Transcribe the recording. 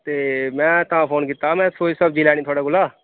ते में तां फोन कीता में सब्जी लैनी थुआढ़े कोला